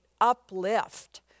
uplift